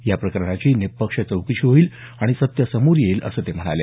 या प्रकरणाची निपक्ष चौकशी होईल आणि सत्य समोर येईल असं ते म्हणाले